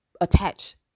attach